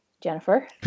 jennifer